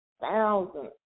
thousand